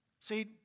See